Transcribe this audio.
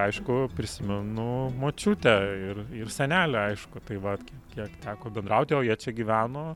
aišku prisimenu močiutę ir ir senelę aišku tai vat kiek teko bendrauti o jie čia gyveno